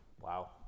Wow